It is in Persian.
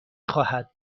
خواهد